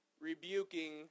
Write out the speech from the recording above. rebuking